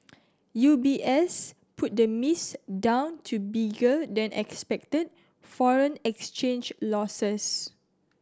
U B S put the miss down to bigger than expected foreign exchange losses